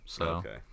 Okay